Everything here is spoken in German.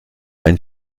ein